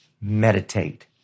meditate